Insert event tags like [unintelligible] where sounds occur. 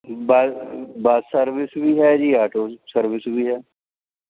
[unintelligible] ਬੱਸ service ਵੀ ਹੈ ਜੀ ਆਟੋ ਸਰਵਿਸ ਵੀ ਹੈ